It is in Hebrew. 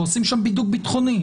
ועושים שם בידוק ביטחוני.